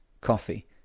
coffee